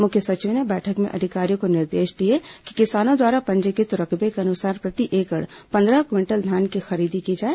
मुख्य सचिव ने बैठक में अधिकारियों को निर्देश दिए कि किसानो द्वारा पंजीकृत रकबे के अनुसार प्रति एकड़ पंद्रह क्विंटल धान की खरीदी की जाए